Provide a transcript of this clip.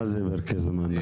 מה זה פרקי הזמן הקצרים?